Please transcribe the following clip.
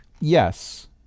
Yes